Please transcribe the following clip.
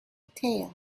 tail